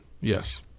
Yes